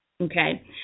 Okay